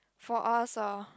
for us ah